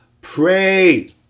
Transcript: pray